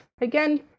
again